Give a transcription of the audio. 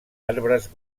arbres